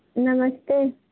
नमस्ते